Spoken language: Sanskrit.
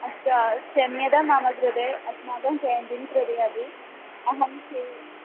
अस्तु क्षम्यतां मम कृते अस्माकं केन्टीन् कृते अपि अहं शी